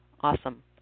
Awesome